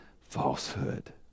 falsehood